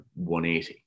180